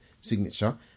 signature